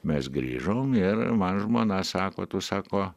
mes grįžom ir man žmona sako tu sako